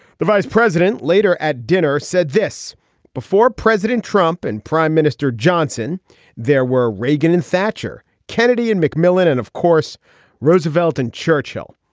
the vice president later at dinner said this before president trump and prime minister johnson there were reagan and thatcher kennedy and mcmillan and of course roosevelt and churchill.